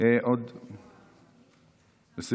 עוד יש?